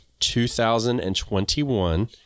2021